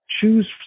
Choose